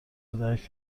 درک